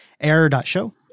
error.show